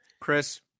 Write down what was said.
Chris